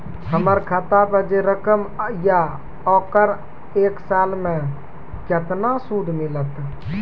हमर खाता पे जे रकम या ओकर एक साल मे केतना सूद मिलत?